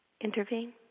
intervene